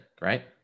right